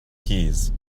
keys